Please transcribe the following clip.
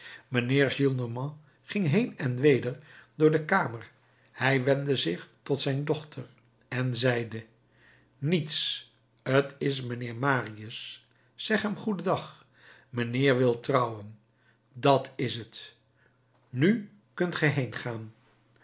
mijnheer gillenormand ging heen en weder door de kamer hij wendde zich tot zijn dochter en zeide niets t is mijnheer marius zeg hem goedendag mijnheer wil trouwen dat is t nu kunt ge heengaan